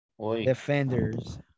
Defenders